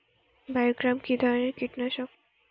বায়োগ্রামা কিধরনের কীটনাশক?